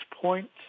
point